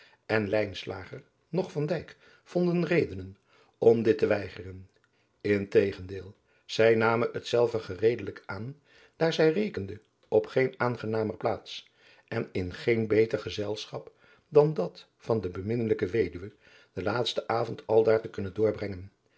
en lijnslager noch van dijk vonden redenen om dit te weigeren in tegendeel zij namen hetzelve gereedelijk aan daar zij rekenden op geen aangenamer plaats en in geen beter gezelschap dan dat van de beminnelijke weduwe den laatsten avond aldaar te kunnen doorbrengen